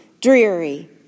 dreary